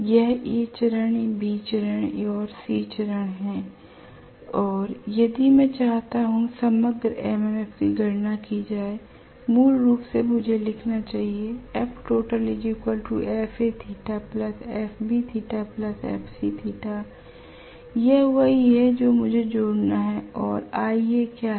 यह A चरण B चरण और C चरण है और यदि मैं चाहता हूं कि समग्र MMF की गणना की जाए मूल रूप से मुझे लिखना है यह वही है जो मुझे जोड़ना है और iA क्या है